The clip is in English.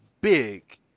big